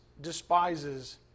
despises